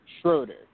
Schroeder